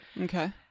Okay